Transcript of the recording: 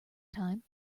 time